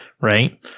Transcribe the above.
right